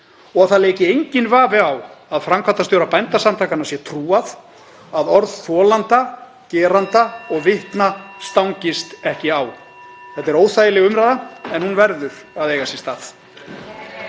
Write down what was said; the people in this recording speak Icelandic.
og að enginn vafi leiki á að framkvæmdastjóra Bændasamtakanna sé trúað, að orð þolanda, geranda og vitna stangist ekki á? Þetta er óþægileg umræða en hún verður að eiga sér stað.